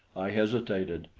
i hesitated,